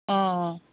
অঁ অঁ